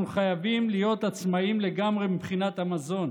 אנחנו חייבים להיות עצמאיים לגמרי מבחינת המזון,